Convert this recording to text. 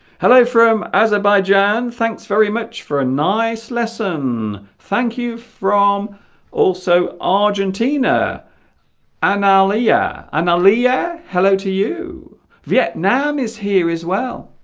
hello from azerbaijan thanks very much for a nice lesson thank you from also argentina and alia and alia hello to you vietnam is here as well